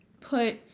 put